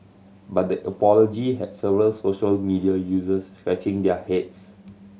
but the apology had several social media users scratching their heads